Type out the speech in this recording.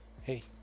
Hey